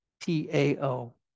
T-A-O